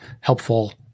helpful